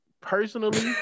personally